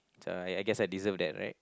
uh I I guess I deserve that right